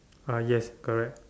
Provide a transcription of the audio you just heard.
ah yes correct